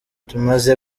tumaze